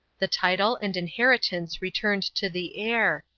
the title and inheritance returned to the heir,